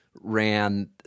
ran